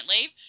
leave